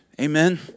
Amen